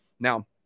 Now